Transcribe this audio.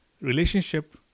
relationship